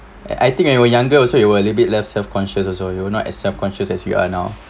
eh I think when you were younger also you were a bit less self conscious also you were not as self-conscious as you are now